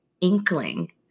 inkling